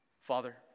Father